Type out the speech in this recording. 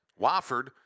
Wofford